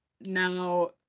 now